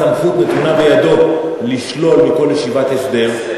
הביטחון, הסמכות נתונה בידו לשלול מכל ישיבת הסדר,